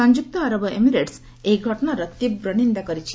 ସଂଯୁକ୍ତ ଆରବ ଏମିରେଟ୍ସ ଏହି ଘଟଣାର ତୀବ୍ର ନିନ୍ଦା କରିଛି